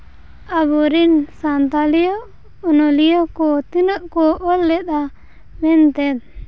ᱟᱵᱚ ᱨᱮᱱ ᱥᱟᱱᱛᱷᱟᱞᱤᱭᱟᱹ ᱚᱱᱚᱞᱤᱭᱟᱹ ᱠᱚ ᱛᱤᱱᱟᱹᱜ ᱠᱚ ᱚᱞ ᱞᱮᱫᱟ ᱢᱮᱱᱛᱮ